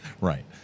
right